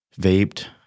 vaped